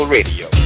Radio